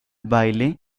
baile